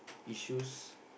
issues